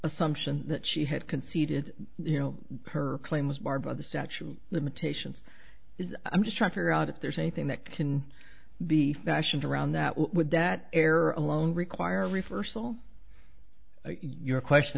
assumption that she had conceded you know her claim was barred by the statute of limitations is i'm just trying to figure out if there's anything that can be fashioned around that would that error alone require reversal your question